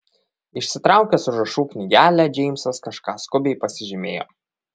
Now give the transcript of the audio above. išsitraukęs užrašų knygelę džeimsas kažką skubiai pasižymėjo